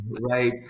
Right